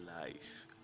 Life